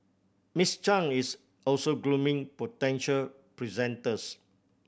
Miss Chang is also grooming potential presenters